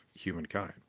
humankind